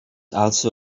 also